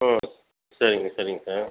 ம் சரிங்க சரிங்க சார்